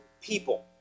people